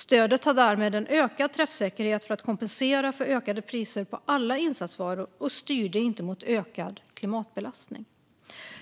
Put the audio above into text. Stödet hade därmed en ökad träffsäkerhet för att kompensera för ökade priser på alla insatsvaror och styrde inte mot ökad klimatbelastning.